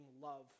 love